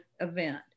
event